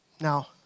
Now